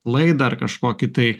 klaidą ar kažkokį tai